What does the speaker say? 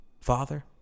Father